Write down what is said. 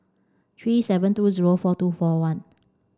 three seven two zero four two four one